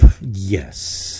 Yes